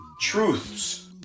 truths